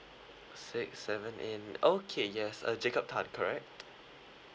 six seven ei~ okay yes uh jacob tan correct